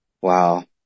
Wow